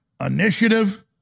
initiative